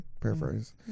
paraphrase